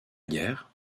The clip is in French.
guerre